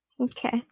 Okay